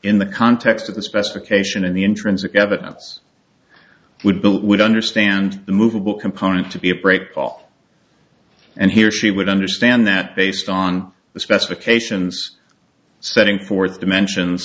in the context of the specification of the intrinsic evidence would build would understand the movable component to be a break off and he or she would understand that based on the specifications setting forth dimensions